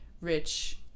rich